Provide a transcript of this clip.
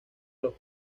los